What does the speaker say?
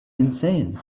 insane